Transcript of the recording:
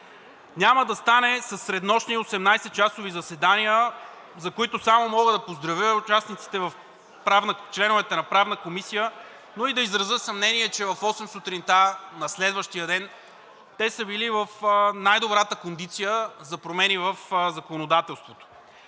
Няма да стане със среднощни 18-часови заседания, за които само мога да поздравя членовете на Правната комисия, но и да изразя съмнение, че в 8,00 ч. сутринта – на следващия ден – те са били в най-добрата кондиция за промени в законодателството.